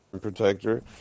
protector